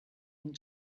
and